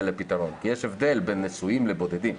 לפתרון כי יש הבדל בין נשואים לבודדים.